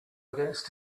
against